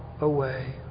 away